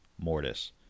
mortise